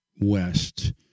West